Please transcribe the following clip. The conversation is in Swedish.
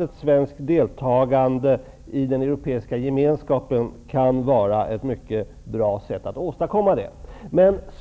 Ett svenskt deltagande i den europeiska gemenskapen kan vara ett mycket bra sätt att åstadkomma det. Men om vi